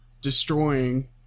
destroying